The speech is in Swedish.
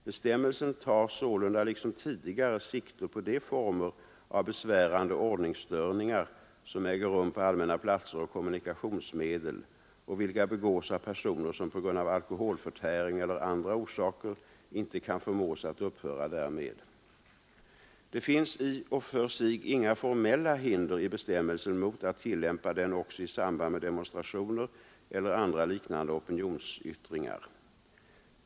Bestämmelsen tar sålunda liksom tidigare sikte på de former av besvärande ordningsstörningar som äger rum på allmänna platser och kommunikationsmedel och vilka begås av personer som på grund av alkoholförtäring eller av andra orsaker inte kan förmås att upphöra därmed. Det finns i och för sig inga formella hinder i bestämmelsen mot att tillämpa den också i samband med demonstrationer eller andra liknande opinionsyttringar.